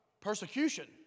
Persecution